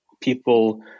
people